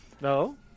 No